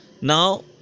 Now